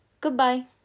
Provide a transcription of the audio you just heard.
Goodbye